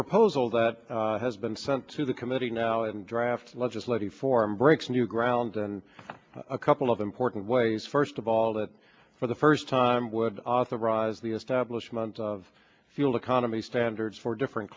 proposal that has been sent to the committee now in draft legislation form breaks new ground and a couple of important ways first of all that for the first time would authorize the establishment of fuel economy standards for different